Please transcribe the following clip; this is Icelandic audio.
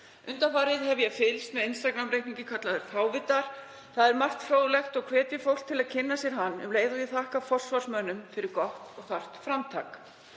Undanfarið hef ég fylgst með Instagram-síðu sem nefndist Fávitar. Þar er margt fróðlegt og hvet ég fólk til að kynna sér hana um leið og ég þakka forsvarsmönnum fyrir gott og þarft framtak.